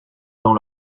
dans